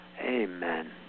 Amen